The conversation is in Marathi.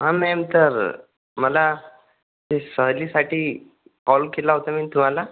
हां मॅम तर मला ते सहलीसाठी कॉल केला होता मी तुम्हाला